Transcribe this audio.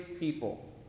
people